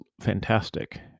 fantastic